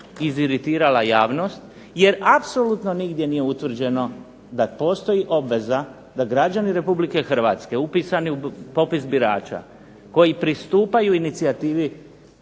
iziritirala javnost jer apsolutno nigdje nije utvrđeno da postoji obveza da građani RH upisani u popis birača koji pristupaju inicijativi